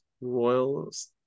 Royals